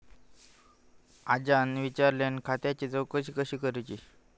आज्यान विचारल्यान खात्याची चौकशी कशी करुची?